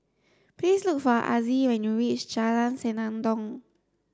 please look for Azzie when you reach Jalan Senandong